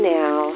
now